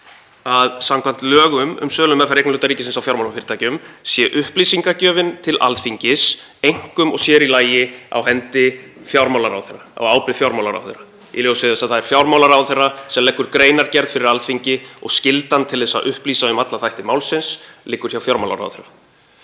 að samkvæmt lögum um sölumeðferð eignarhluta ríkisins á fjármálafyrirtækjum sé upplýsingagjöfin til Alþingis einkum og sér í lagi á hendi fjármálaráðherra, á ábyrgð fjármálaráðherra, í ljósi þess að það er fjármálaráðherra sem leggur greinargerð fyrir Alþingi og skyldan til að upplýsa um alla þætti málsins liggur hjá fjármálaráðherra.